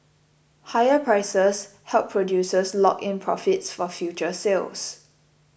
higher prices help producers lock in profits for future sales